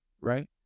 right